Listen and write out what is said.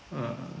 mm